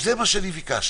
זה מה שאני ביקשתי.